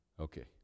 Okay